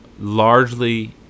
largely